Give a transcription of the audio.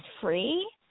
free